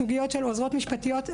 סוגיות של עוזרות משפטיות,